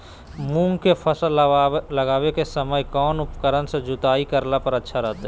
मूंग के फसल लगावे के समय कौन उपकरण से जुताई करला पर अच्छा रहतय?